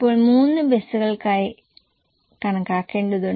ഇപ്പോൾ 3 ബസുകൾക്കാണ് കണക്കാക്കേണ്ടത്